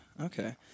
okay